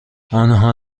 آنها